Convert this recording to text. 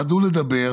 פחדו לדבר